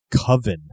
Coven